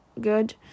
good